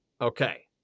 Okay